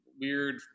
weird